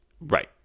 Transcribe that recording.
Right